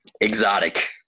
Exotic